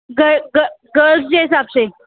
ग ग गर्ल्स जे हिसाब से